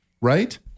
right